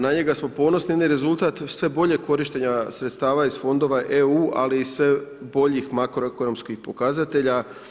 Na njega smo ponosni, on je rezultat sve boljeg korištenja sredstava iz fondova EU ali i sve boljih makroekonomskih pokazatelja.